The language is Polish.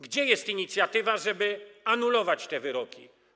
Gdzie jest inicjatywa, żeby anulować te wyroki?